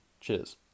Cheers